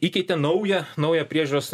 įkeitė naują naują priežiūros